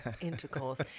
intercourse